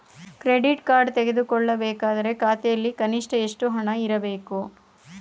Credit card ತೆಗೆದುಕೊಳ್ಳಬೇಕಾದರೆ ಖಾತೆಯಲ್ಲಿ ಕನಿಷ್ಠ ಎಷ್ಟು ಹಣ ಇರಬೇಕು?